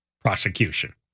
prosecution